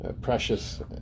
precious